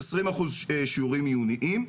20% שיעורים עיוניים.